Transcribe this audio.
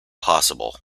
possible